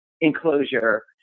enclosure